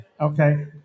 Okay